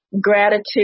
gratitude